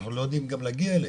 ואנחנו לא יודעים גם להגיע אליהם.